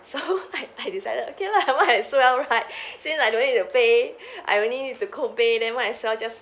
so I I decided okay lah might as well right since I don't need to pay I only need to co-pay then might as well just